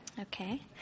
Okay